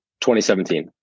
2017